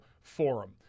forum